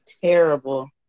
Terrible